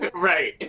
right.